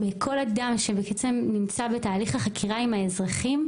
מכל אדם שבעצם נמצא בתהליך החקירה עם האזרחים,